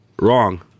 wrong